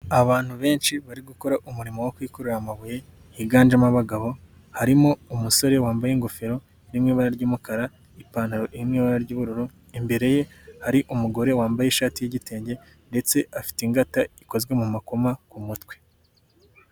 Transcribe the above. Abantu benshi bari gukora umurimo wo kwikorera amabuye higanjemo abagabo, harimo umusore wambaye ingofero iriri mu ibara ry'umukara n'ipantaro iri mu ibara ry'ubururu, imbere ye hari umugore wambaye ishati y'igitenge ndetse afite ingata ikozwe mu makoma ku mutwe.